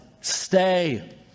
Stay